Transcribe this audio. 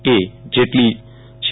એ જેટલી છે